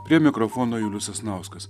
prie mikrofono julius sasnauskas